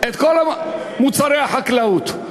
את כל מוצרי החקלאות.